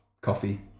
coffee